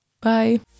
Bye